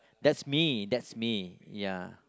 that's me that's me ya